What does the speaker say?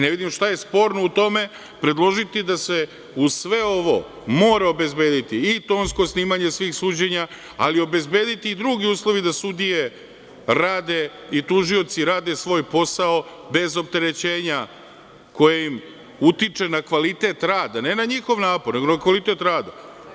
Ne vidim šta je sporno u tom predložiti da se uz sve ovo mora obezbediti i tonsko snimanje svih suđenja, ali obezbediti i drugi uslovi da sudije rade i tužioci rade svoj posao bez opterećenja koje im utiče na kvalitet rada, ne na njihov napor, nego na kvalitet rada.